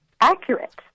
accurate